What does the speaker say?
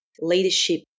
leadership